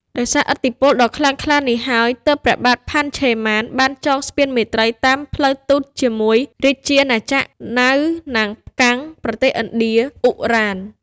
ដោយសារឥទ្ធិពលដ៏ខ្លាំងក្លានេះហើយ ទើបព្រះបាទ ផាន ឆេម៉ាន់ បានចងស្ពានមេត្រីតាមផ្លូវទូតជាមួយរាជាណាចក្រ នៅ ណាង កាំង ប្រទេសឥណ្ឌា អ៊ុ រ៉ាន។